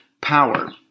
power